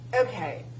Okay